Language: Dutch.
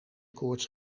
koorts